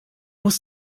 muss